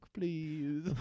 please